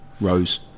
Rose